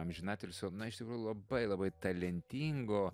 amžinatilsio na iš tikrųjų labai labai talentingo